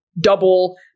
double